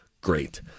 great